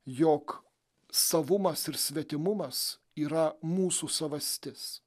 jog savumas ir svetimumas yra mūsų savastis